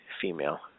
female